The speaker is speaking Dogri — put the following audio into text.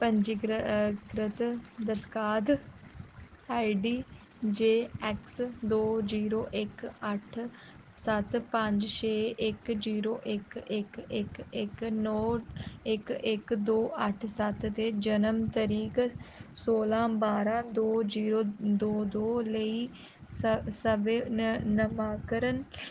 पंजीकृत दरखास्त आई डी जे ऐक्स दो जीरो इक अट्ठ सत्त पंज छे इक जीरो इक इक इक इक नो इक इक दो अट्ठ सत्त दे जन्म तरीक सोलां बारां दो जीरो दो दो लेई सब्भै नामांकरण